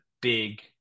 big